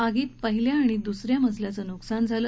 आगीत पहिला आणि दुसऱ्या मजल्याचं नुकसान झालं